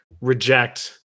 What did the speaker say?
reject